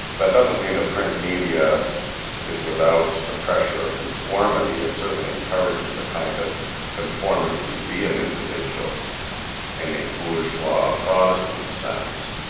that doesn't mean that print media is without the pressure of ah conformity, it certainly encourages a kind of conformity to be an individual in a bourgeois protestant sense.